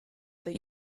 that